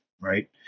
right